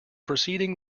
proceeding